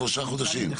שלושה חודשים.